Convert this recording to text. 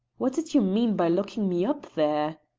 what did you mean by locking me up there?